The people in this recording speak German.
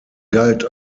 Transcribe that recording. galt